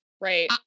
right